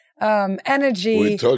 Energy